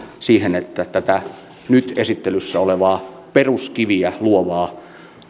siihen että tätä nyt esittelyssä olevaa peruskiviä luovaa